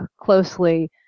closely